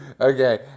Okay